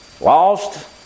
lost